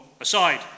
aside